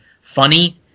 funny